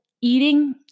eating